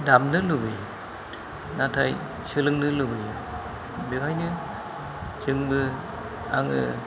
दामनो लुबैयो नाथाय सोलोंनो लुबैयो बेवहायनो जोंबो आङो